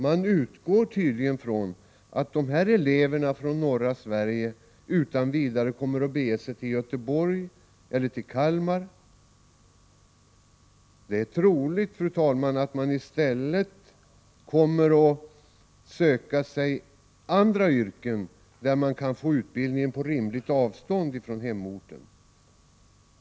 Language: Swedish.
Man utgår tydligen från att dessa elever från norra Sverige utan vidare kommer att bege sig till Göteborg eller till Kalmar. Det troliga är i stället att ungdomarna från Norrland väljer ett annat yrke, där de kan få utbildningen på rimligt avstånd från hemorten.